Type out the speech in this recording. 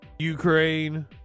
Ukraine